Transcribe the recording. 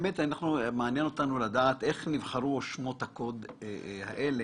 מעניין אותנו לדעת איך נבחרו שמות הקוד האלה,